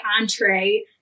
entree